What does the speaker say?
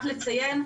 רק לציין,